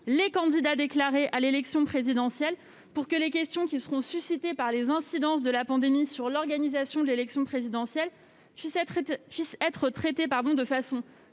les candidats déclarés à l'élection présidentielle. Ainsi, les questions relatives aux incidences de la pandémie sur l'organisation de l'élection présidentielle pourront être traitées de façon